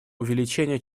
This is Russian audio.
увеличение